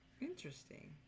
Interesting